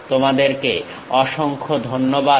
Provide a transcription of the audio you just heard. তোমাদেরকে অসংখ্য ধন্যবাদ